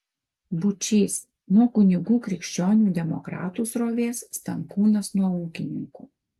būčys nuo kunigų krikščionių demokratų srovės stankūnas nuo ūkininkų